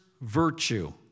virtue